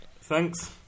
thanks